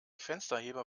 fensterheber